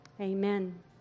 Amen